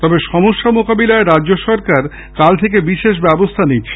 তবে সমস্যা মোকাবিলায় রাজ্য সরকার কাল থেকে বিশেষ ব্যবস্থা নিচ্ছে